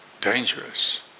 dangerous